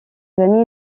amis